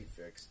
fix